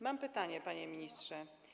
Mam pytanie, panie ministrze.